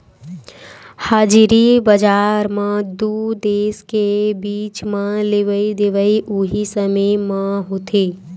हाजिरी बजार म दू देस के बीच म लेवई देवई उहीं समे म होथे